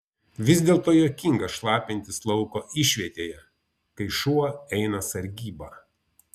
vis dėlto juokinga šlapintis lauko išvietėje kai šuo eina sargybą